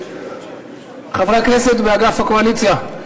חברי הכנסת באגף הקואליציה.